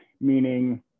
meaning